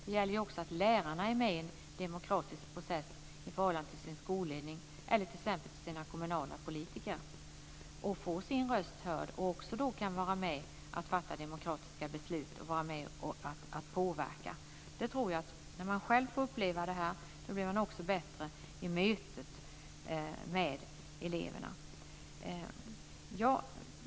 Det gäller också att lärarna är med i en demokratisk process i förhållande till sin skolledning eller till sina kommunala politiker och kan göra sin röst hörd och vara med och påverka och fatta demokratiska beslut. När man själv får uppleva detta blir man också bättre i mötet med eleverna.